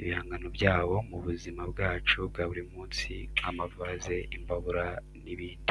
ibihangano byabo mu buzima bwacu bwa buri munsi nk'amavaze, imbabura n'ibindi.